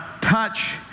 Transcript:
touch